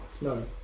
no